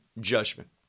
judgment